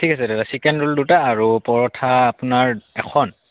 ঠিক আছে দাদা চিকেন ৰ'ল দুটা আৰু পৰঠা আপোনাৰ এখন